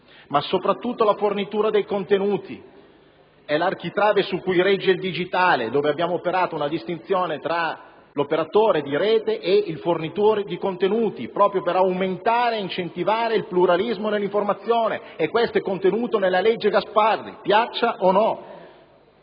ma soprattutto la fornitura dei contenuti. È questa l'architrave su cui regge il digitale, dove abbiamo operato una distinzione tra l'operatore di rete e il fornitore di contenuti proprio per aumentare ed incentivare il pluralismo nell'informazione e questo è contenuto nella legge Gasparri, piaccia o no.